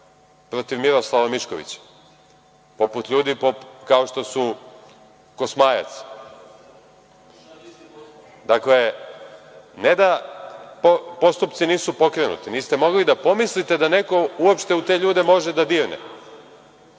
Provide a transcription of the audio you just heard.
protiv Miroslava Miškovića, poput ljudi kao što je Kosmajac. Dakle, ne da postupci nisu pokrenuti, niste mogli da pomislite da neko uopšte u te ljude može da dirne. Mi